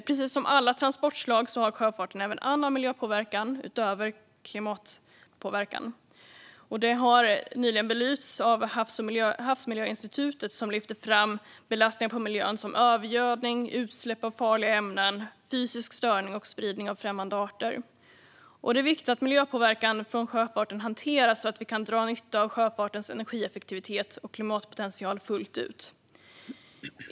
Precis som alla transportslag har sjöfarten även annan miljöpåverkan utöver klimatpåverkan. Detta har nyligen belysts av Havsmiljöinstitutet, som lyfter fram belastningarna på miljön, såsom övergödning, utsläpp av farliga ämnen, fysisk störning och spridning av främmande arter. Det är viktigt att miljöpåverkan från sjöfarten hanteras, så att vi kan dra nytta av sjöfartens energieffektivitet och klimatpotential fullt ut.